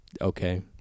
okay